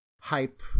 hype